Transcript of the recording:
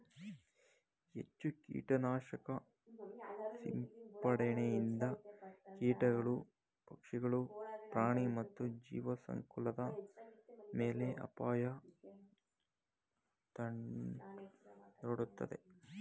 ಹೆಚ್ಚು ಕೀಟನಾಶಕ ಸಿಂಪಡಣೆಯಿಂದ ಕೀಟಗಳು, ಪಕ್ಷಿಗಳು, ಪ್ರಾಣಿ ಮತ್ತು ಜೀವಸಂಕುಲದ ಮೇಲೆ ಅಪಾಯ ತಂದೊಡ್ಡುತ್ತದೆ